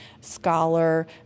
scholar